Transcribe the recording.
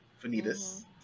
Vanitas